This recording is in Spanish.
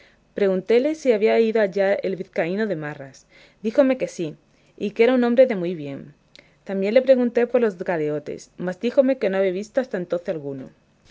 preguntéle si había ido allá el vizcaíno de marras díjome que sí y que era un hombre muy de bien también le pregunté por los galeotes mas díjome que no había visto hasta entonces alguno